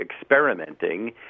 experimenting